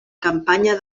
campanya